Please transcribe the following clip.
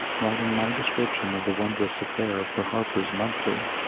writing my description of the wondrous affair for harper's monthly.